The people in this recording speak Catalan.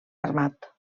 armat